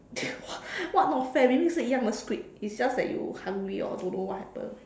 what what not fair really 是一样 the squid it's just that you hungry or don't know what happened